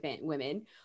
women